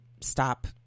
stop